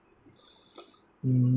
mm